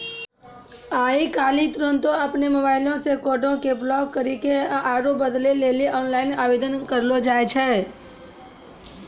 आइ काल्हि तुरन्ते अपनो मोबाइलो से कार्डो के ब्लाक करि के आरु बदलै लेली आनलाइन आवेदन करलो जाय छै